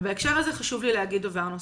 ובהקשר הזה חשוב לי להגיד דבר נוסף.